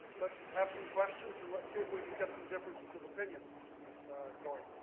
let's have some questions, and let's see if we can get some differences of opinion going.